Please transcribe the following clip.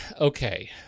okay